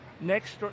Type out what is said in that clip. next